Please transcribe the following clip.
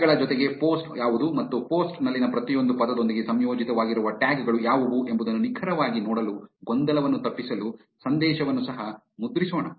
tag ಗಳ ಜೊತೆಗೆ post ಯಾವುದು ಮತ್ತು ಪೋಸ್ಟ್ ನಲ್ಲಿನ ಪ್ರತಿಯೊಂದು ಪದದೊಂದಿಗೆ ಸಂಯೋಜಿತವಾಗಿರುವ ಟ್ಯಾಗ್ ಗಳು ಯಾವುವು ಎಂಬುದನ್ನು ನಿಖರವಾಗಿ ನೋಡಲು ಗೊಂದಲವನ್ನು ತಪ್ಪಿಸಲು ಸಂದೇಶವನ್ನು ಸಹ ಮುದ್ರಿಸೋಣ